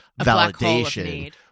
validation